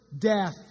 death